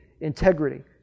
integrity